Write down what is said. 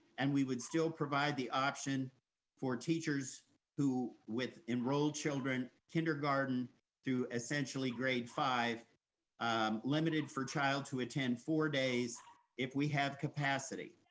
and we would still provide the option for teachers who with enrolled children kindergarten kindergarten through essentially grade five um limited for child to attend four days if we have capacity.